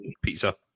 pizza